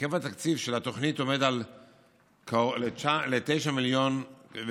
היקף התקציב של התוכנית עומד על קרוב ל-9.8 מיליון.